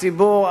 הציבור,